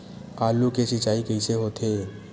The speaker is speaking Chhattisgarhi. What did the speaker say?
आलू के सिंचाई कइसे होथे?